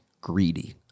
greedy